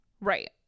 Right